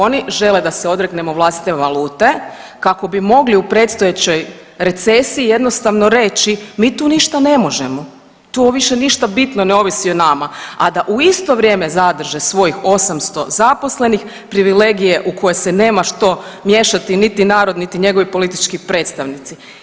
Oni žele da se odreknemo vlastite valute kako bi mogli u predstojećoj recesiji jednostavno reći, mi tu ništa ne možemo, tu više ništa bitno ne ovisi o nama, a da u isto vrijeme zadrže svojih 800 zaposlenih privilegije u koje se nema što miješati niti narod niti njegovi politički predstavnici.